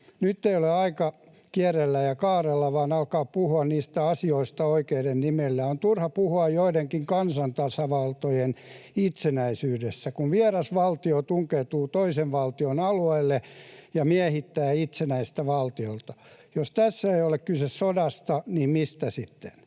Nyt ei ole aika kierrellä ja kaarella vaan alkaa puhua niistä asioista oikeilla nimillään. On turha puhua joidenkin kansantasavaltojen itsenäisyydestä, kun vieras valtio tunkeutuu toisen valtion alueelle ja miehittää itsenäistä valtiota. Jos tässä ei ole kyse sodasta, niin mistä sitten?